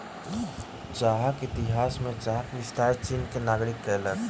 चाहक इतिहास में चाहक विस्तार चीन के नागरिक कयलक